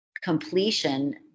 completion